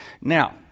Now